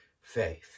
faith